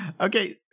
Okay